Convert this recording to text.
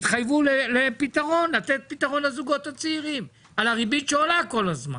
התחייבו לתת פתרון לזוגות הצעירים על הריבית שעולה כל הזמן.